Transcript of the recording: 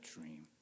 dream